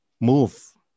move